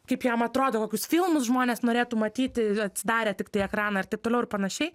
kaip jam atrodo kokius filmus žmonės norėtų matyti atsidarę tiktai ekraną ir taip toliau ir panašiai